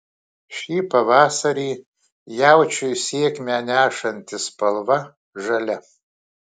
šį pavasarį jaučiui sėkmę nešantį spalva žalia